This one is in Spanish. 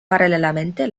paralelamente